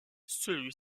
celui